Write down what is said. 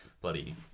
bloody